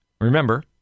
Remember